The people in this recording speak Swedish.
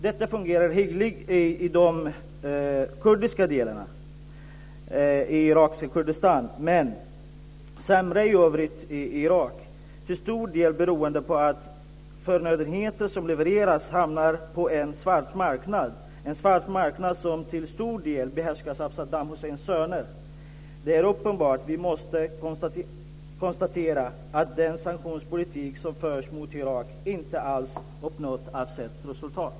Detta fungerar hyggligt i de kurdiska delarna i irakiska Kurdistan, men sämre i övriga Irak, till stor del beroende på att förnödenheter som levereras dit hamnar på en svart marknad som till övervägande del behärskas av Saddam Husseins söner. Det är uppenbart att vi måste konstatera att den sanktionspolitik som förs mot Irak inte alls uppnått avsett resultat.